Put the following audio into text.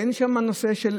אין שם נושא של